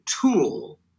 tool